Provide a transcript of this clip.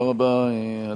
תודה רבה,